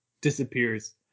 disappears